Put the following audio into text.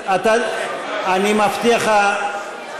אני מבטיח לך,